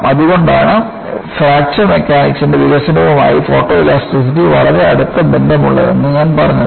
അതുകൊണ്ടാണ് ഫ്രാക്ചർ മെക്കാനിക്സിന്റെ വികസനവുമായി ഫോട്ടോഇലാസ്റ്റിസിറ്റി വളരെ അടുത്ത ബന്ധമുള്ളതെന്ന് ഞാൻ പറഞ്ഞത്